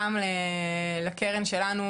גם לקרן שלנו,